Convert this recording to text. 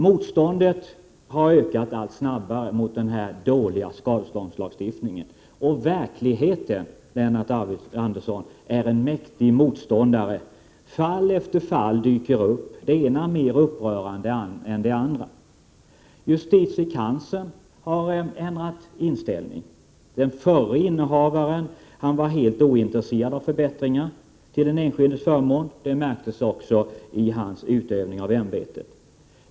Motståndet mot den dåliga skadeståndslagstiftningen har ökat-alltmer, och verkligheten, Lennart Andersson, är en mäktig motståndare. Fall efter fall dyker upp, det ena mer upprörande än det andra. Justitiekanslern har ändrat inställning. Den förre innehavaren av posten var helt ointresserad av förbättringar till den enskildes förmån. Det märktes också av hans utövning av ämbetet.